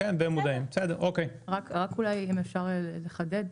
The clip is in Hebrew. אם אפשר לחדד.